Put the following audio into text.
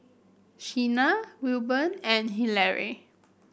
Shena Wilburn and Hillery